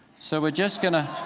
so we're just going to